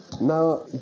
Now